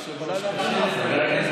היושב-ראש, קשה לדבר.